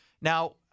Now